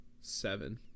Seven